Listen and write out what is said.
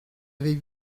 avait